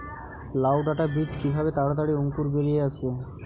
লাউ ডাটা বীজ কিভাবে তাড়াতাড়ি অঙ্কুর বেরিয়ে আসবে?